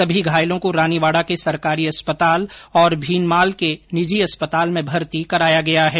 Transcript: सभी घायलों को रानीवाडा के सरकारी अस्पताल और भीनमाल के निजी अस्पताल में भर्ती कराया गया है